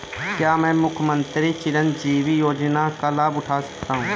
क्या मैं मुख्यमंत्री चिरंजीवी योजना का लाभ उठा सकता हूं?